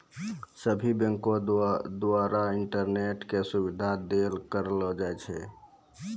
सभ्भे बैंको द्वारा इंटरनेट के सुविधा देल करलो जाय छै